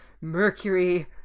mercury